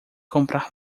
comprar